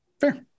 Fair